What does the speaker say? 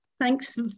Thanks